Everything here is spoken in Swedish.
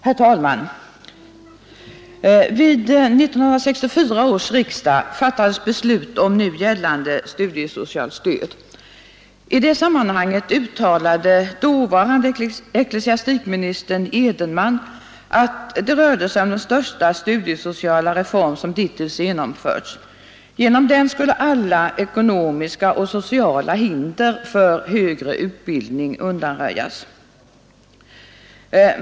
Herr talman! Vid 1964 års riksdag fattades beslut om nu gällande studiesocialt stöd. I det sammanhanget uttalade dåvarande ecklesiastikministern Edenman att det rörde sig om den största studiesociala reform som dittills genomförts. Genom den skulle alla ekonomiska och sociala hinder för högre utbildning undanröjas.